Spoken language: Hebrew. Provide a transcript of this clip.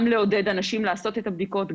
גם לעודד אנשים לעשות את הבדיקות,